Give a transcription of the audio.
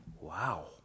Wow